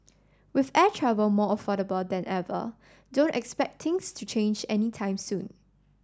with air travel more affordable than ever don't expect things to change any time soon